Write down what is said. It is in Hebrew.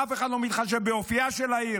אף אחד לא מתחשב באופייה של העיר.